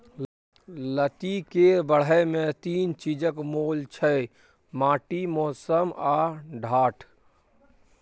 लत्ती केर बढ़य मे तीन चीजक मोल छै माटि, मौसम आ ढाठ